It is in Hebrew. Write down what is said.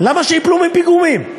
למה שייפלו מפיגומים?